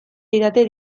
didate